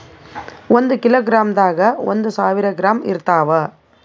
ಒಂದ್ ಕಿಲೋಗ್ರಾಂದಾಗ ಒಂದು ಸಾವಿರ ಗ್ರಾಂ ಇರತಾವ